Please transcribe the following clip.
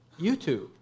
YouTube